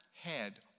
head